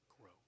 grow